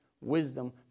wisdom